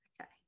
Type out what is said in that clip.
Okay